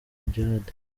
djihad